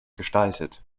gestaltet